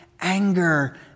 anger